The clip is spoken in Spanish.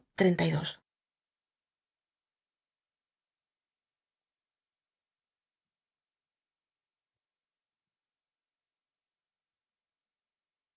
babitacion y dos